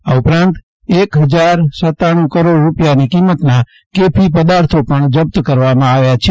આ ઉપરાંત એક હજાર સત્તાણુ કરોડ રૂપિયાની કિંમતના કેફી પદાર્થો પણ જપ્ત કરવામાં આવ્યા છે